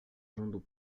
rzędu